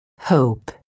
hope